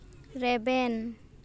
ᱨᱮᱵᱮᱱ